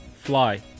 fly